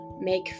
make